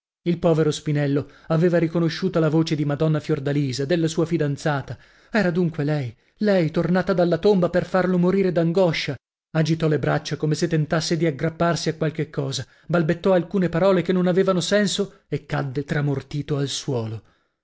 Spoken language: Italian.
il povero spinello aveva riconosciuta la voce di madonna fiordalisa della sua fidanzata era dunque lei lei tornata dalla tomba per farlo morire d'angoscia agitò le braccia come se tentasse di aggrapparsi a qualche cosa balbettò alcune parole die non avevano senso e cadde tramortito al suolo